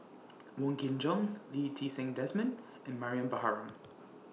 Wong Kin Jong Lee Ti Seng Desmond and Mariam Baharom